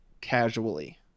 casually